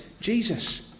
Jesus